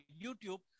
YouTube